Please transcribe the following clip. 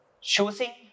choosing